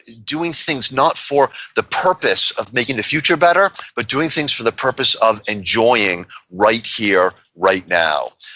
doing things not for the purpose of making the future better, but doing things for the purpose of enjoying right here, right now.